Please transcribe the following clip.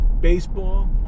baseball